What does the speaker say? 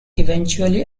eventually